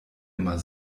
immer